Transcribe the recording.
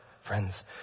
friends